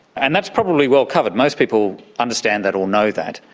and that's probably well covered, most people understand that or know that,